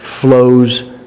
flows